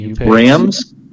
Rams